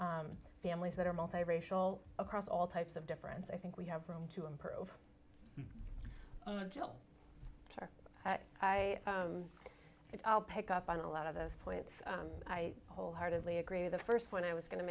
or families that are multiracial across all types of difference i think we have room to improve until i i'll pick up on a lot of those points i wholeheartedly agree the first point i was going to